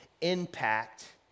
impact